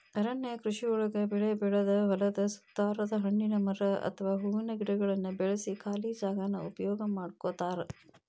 ಅರಣ್ಯ ಕೃಷಿಯೊಳಗ ಬೆಳಿ ಬೆಳದ ಹೊಲದ ಸುತ್ತಾರದ ಹಣ್ಣಿನ ಮರ ಅತ್ವಾ ಹೂವಿನ ಗಿಡಗಳನ್ನ ಬೆಳ್ಸಿ ಖಾಲಿ ಜಾಗಾನ ಉಪಯೋಗ ಮಾಡ್ಕೋತಾರ